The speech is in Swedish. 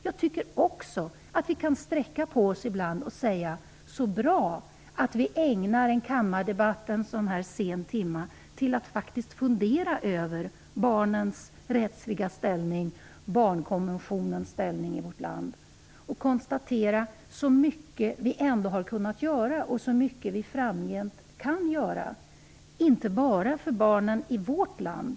Jag tycker att vi kan sträcka på oss ibland och säga: Så bra att vi ägnar en kammardebatt i en sådan här sen timma till att faktiskt fundera över barnens rättsliga ställning och barnkonventionens ställning i vårt land. Så mycket vi ändå kunnat göra och så mycket vi framgent kan göra, och inte bara för barnen i vårt land.